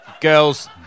girls